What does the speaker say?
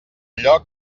allò